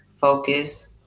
Focus